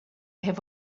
have